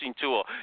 tool